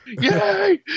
Yay